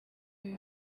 ibi